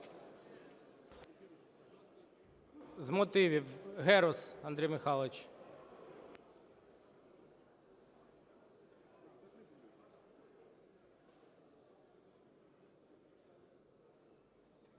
З мотивів - Герус Андрій Михайлович.